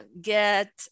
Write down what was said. get